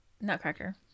nutcracker